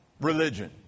religion